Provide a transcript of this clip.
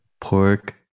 pork